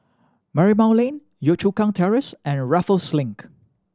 Marymount Lane Yio Chu Kang Terrace and Raffles Link